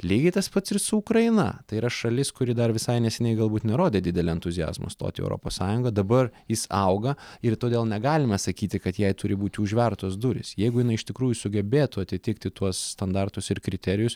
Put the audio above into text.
lygiai tas pats ir su ukraina tai yra šalis kuri dar visai neseniai galbūt nerodė didelio entuziazmo stot į europos sąjungą dabar jis auga ir todėl negalime sakyti kad jai turi būti užvertos durys jeigu jinai iš tikrųjų sugebėtų atitikti tuos standartus ir kriterijus